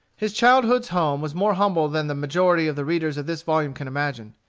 his childhood's home was more humble than the majority of the readers of this volume can imagine.